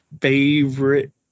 favorite